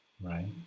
Right